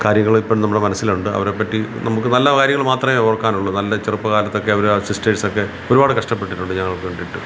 കാര്യങ്ങൾ ഇപ്പം നമ്മുടെ മനസ്സിലുണ്ട് അവരെപ്പറ്റി നമുക്ക് നല്ല കാര്യങ്ങളും മാത്രേ ഓർക്കാനുള്ളൂ നല്ല ചെറുപ്പകാലത്തൊക്കെ അവരാ സിസ്റ്റേഴ്സൊക്കെ ഒരുപാട് കഷ്ടപ്പെട്ടിട്ടുണ്ട് ഞങ്ങൾക്ക് വേണ്ടീട്ട്